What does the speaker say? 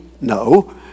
No